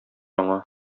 аңа